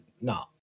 no